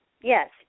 Yes